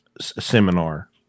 seminar